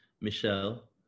Michelle